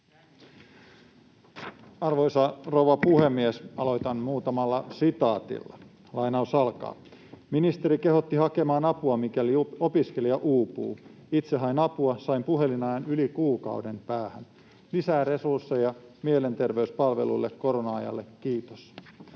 Arvoisa rouva puhemies! Aloitan muutamalla sitaatilla. ”Ministeri kehotti hakemaan apua, mikäli opiskelija uupuu. Itse hain apua, sain puhelinajan yli kuukauden päähän. Lisää resursseja mielenterveyspalveluille korona-ajalle, kiitos.”